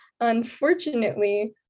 Unfortunately